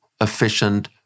efficient